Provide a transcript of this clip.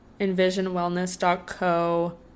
envisionwellness.co